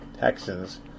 Texans